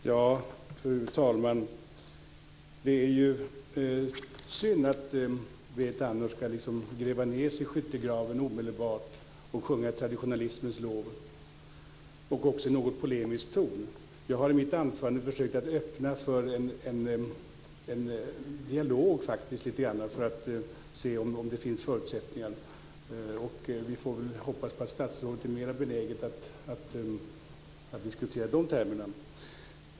Fru talman! Det är synd att Berit Andnor omedelbart ska gräva ned sig i skyttegraven och sjunga traditionalismens lov i något polemisk ton. Jag har i mitt anförande försökt att öppna för en dialog för att se om det finns förutsättningar. Vi får hoppas att statsrådet är mera benägen att diskutera i de termerna.